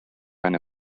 eine